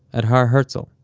at har herzl,